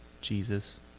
Jesus